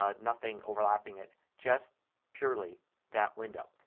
ah nothing overlapping it. just purely that window.